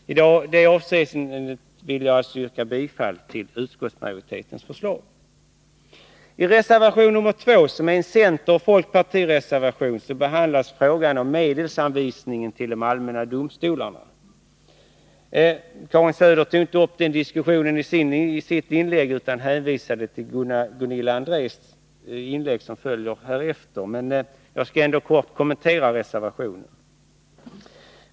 I det avseendet vill jag alltså yrka bifall till utskottsmajoritetens förslag. I reservation nr 2, som är en centerpartioch folkpartireservation, behandlas frågan om medelsanvisningen till de allmänna domstolarna. Karin Söder tog inte upp den diskussionen i sitt inlägg utan hänvisade till Gunilla Andrés inlägg, som kommer senare i debatten. Jag skall ändå kort kommentera reservationen.